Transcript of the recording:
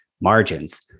margins